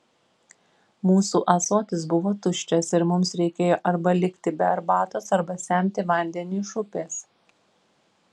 mūsų ąsotis buvo tuščias ir mums reikėjo arba likti be arbatos arba semti vandenį iš upės